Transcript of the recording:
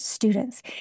Students